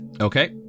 Okay